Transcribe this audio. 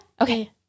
okay